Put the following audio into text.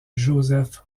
josef